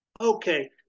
Okay